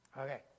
Okay